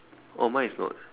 oh mine is not